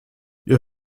ihr